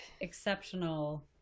exceptional